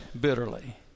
bitterly